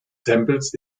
tempels